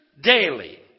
daily